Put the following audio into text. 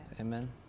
Amen